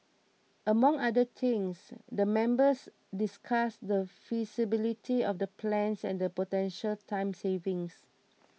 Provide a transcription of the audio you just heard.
among other things the members discussed the feasibility of the plans and the potential time savings